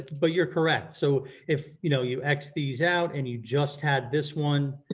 but you're correct. so if you know you x these out and you just had this one,